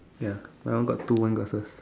ya my one got two one got